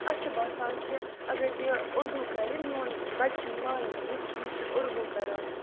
اَسہِ چھُ باسان کہِ اگر یہِ اُردو کَرِ میون بَچہِ یی ماننہٕ وٕچھ یہِ چھِ اُردو کَران